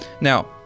Now